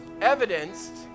evidenced